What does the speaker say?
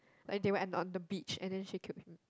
like they were at on the beach and then she killed him